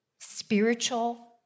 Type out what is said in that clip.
spiritual